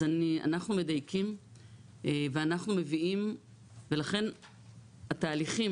אז אנחנו מדייקים ואנחנו מביאים ולכן התהליכים,